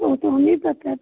वह तो हमें भी पता है